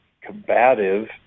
combative